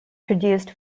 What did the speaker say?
produced